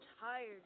tired